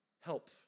help